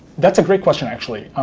that's a great question, actually.